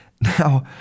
Now